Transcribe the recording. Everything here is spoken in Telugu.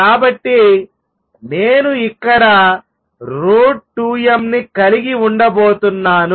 కాబట్టి నేను ఇక్కడ √ని కలిగి ఉండబోతున్నాను